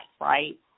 right